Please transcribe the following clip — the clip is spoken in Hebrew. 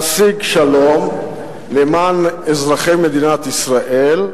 ולהשיג שלום למען אזרחי מדינת ישראל,